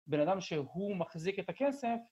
בן אדם שהוא מחזיק את הכסף.